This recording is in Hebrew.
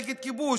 נגד כיבוש,